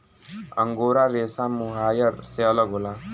angora रेसा mohair से अलग होला